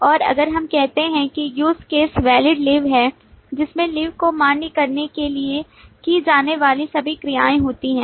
और अगर हम कहते हैं कि use case वैलीड लीव है जिसमें लीव को मान्य करने के लिए की जाने वाली सभी क्रियाएं होती हैं